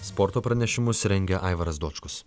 sporto pranešimus rengia aivaras dočkus